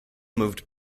moved